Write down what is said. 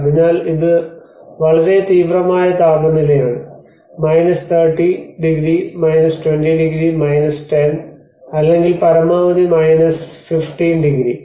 അതിനാൽ ഇത് വളരെ തീവ്രമായ താപനിലയാണ് 30 ഡിഗ്രി 20 ഡിഗ്രി 10 അല്ലെങ്കിൽ പരമാവധി 15 ഡിഗ്രി